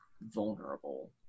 vulnerable